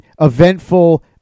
eventful